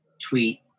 tweet